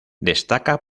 destaca